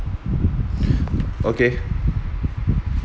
okay